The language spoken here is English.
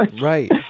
Right